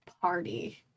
party